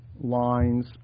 lines